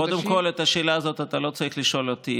קודם כול את השאלה הזאת אתה לא צריך לשאול אותי